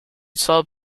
sub